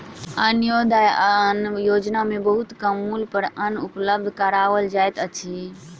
अन्त्योदय अन्न योजना में बहुत कम मूल्य पर अन्न उपलब्ध कराओल जाइत अछि